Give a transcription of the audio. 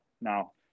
Now